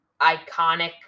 Iconic